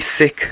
sick